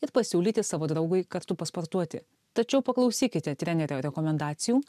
ir pasiūlyti savo draugui kartu pasportuoti tačiau paklausykite trenerio rekomendacijų